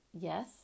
yes